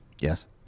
Yes